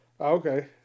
Okay